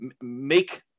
make